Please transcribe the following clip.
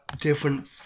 different